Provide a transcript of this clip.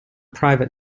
private